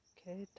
Okay